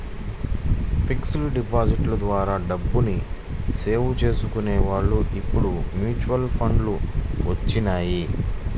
fixed డిపాజిట్ల ద్వారా డబ్బుని సేవ్ చేసుకునే వాళ్ళు ఇప్పుడు మ్యూచువల్ ఫండ్లు వచ్చినియ్యి